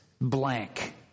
blank